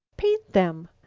paint them!